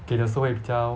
给的时候会比较